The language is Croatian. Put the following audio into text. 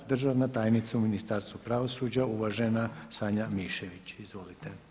Državna tajnica u Ministarstvu pravosuđa uvažen Sanja Mišević, izvolite.